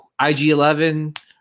IG11